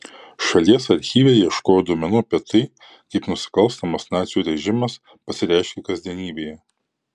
šalies archyve ieškojau duomenų apie tai kaip nusikalstamas nacių režimas pasireiškė kasdienybėje